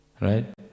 right